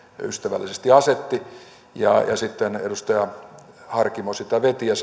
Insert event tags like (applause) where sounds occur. ystävällisesti asetti ja sitten edustaja harkimo sitä veti ja (unintelligible)